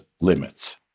limits